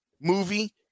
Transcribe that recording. movie